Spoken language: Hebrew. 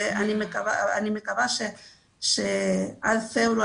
ואני מקווה שעד פברואר,